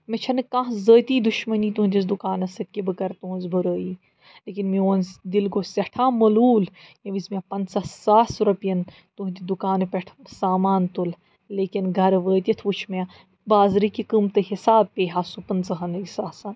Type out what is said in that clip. مےٚ چھَنہٕ کانٛہہ ذٲتی دُشمٔنی تُہٕنٛدِس دُکانَس سۭتۍ کہِ بہٕ کَرٕ تُہٕنٛز بُرٲیی لیکِن میٛون دِل گوٚو سٮ۪ٹھاہ ملوٗل ییٚمہِ وِز مےٚ پنٛژاہ ساس رۄپیَن تُہٕنٛدِ دُکانہٕ پٮ۪ٹھ سامان تُل لیکِن گَرٕ وٲتِتھ وُچھ مےٚ بازرٕ کہِ قۭمتہٕ حِساب پیٚیہِ ہا سُہ پٕنٛژٕہنٕے ساسَن